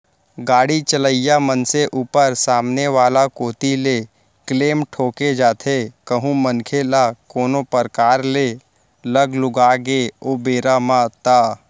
गाड़ी चलइया मनसे ऊपर सामने वाला कोती ले क्लेम ठोंके जाथे कहूं मनखे ल कोनो परकार ले लग लुगा गे ओ बेरा म ता